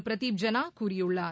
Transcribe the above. பிரதீப் ஜெனா கூறியுள்ளார்